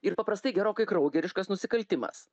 ir paprastai gerokai kraugeriškas nusikaltimas